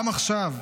גם עכשיו,